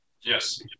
Yes